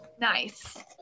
Nice